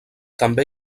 també